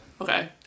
Okay